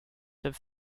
have